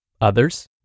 others